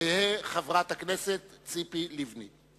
תהא חברת הכנסת ציפי לבני.